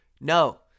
No